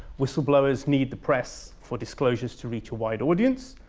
whistleblowers need the press for disclosures to reach a wide audience.